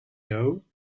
dough